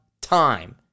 time